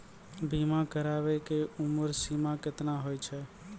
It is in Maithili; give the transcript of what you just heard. बीमा कराबै के उमर सीमा केतना होय छै?